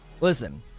Listen